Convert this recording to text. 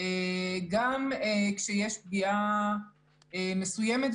גם כשיש פגיעה מסוימת,